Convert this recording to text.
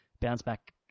bounce-back